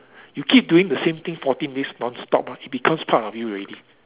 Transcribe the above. you keep doing the same thing fourteen days non-stop ah it becomes part of you already